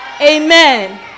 Amen